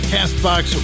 CastBox